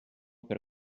per